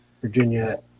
Virginia